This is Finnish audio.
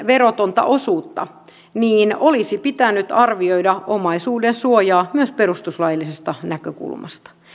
verotonta osuutta olisi pitänyt arvioida omaisuudensuojaa myös perustuslaillisesta näkökulmasta